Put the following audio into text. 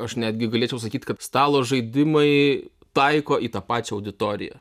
aš netgi galėčiau sakyt kad stalo žaidimai taiko į tą pačią auditoriją